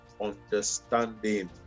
understanding